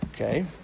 Okay